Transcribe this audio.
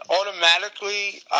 automatically